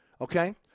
Okay